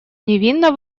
невинно